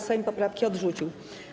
Sejm poprawki odrzucił.